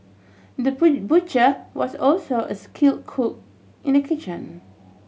the butcher was also a skill cook in the kitchen